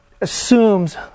assumes